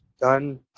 done